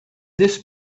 this